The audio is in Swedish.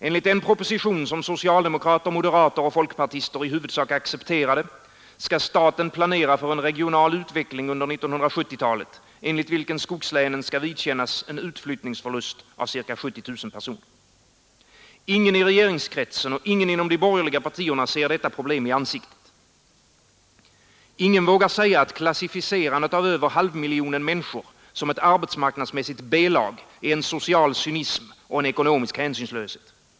Enligt den proposition som socialdemokrater, moderater och folkpartister i huvudsak accepterade skall staten planera för en regional utveckling under 1970-talet, enligt vilken skogslänen skall vidkännas en utflyttningsförlust av ca 70 000 personer. Ingen i regeringskretsen och ingen inom de borgerliga partierna ser detta problem i ansiktet. Ingen vågar säga att klassificerandet av över halvmiljonen människor som ett arbetsmarknadsmässigt B-lag är en social cynism och en ekonomisk hänsynslöshet.